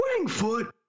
Wingfoot